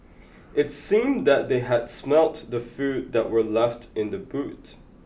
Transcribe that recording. it seemed that they had smelt the food that were left in the boot